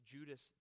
Judas